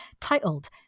titled